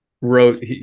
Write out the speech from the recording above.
wrote